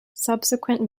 subsequent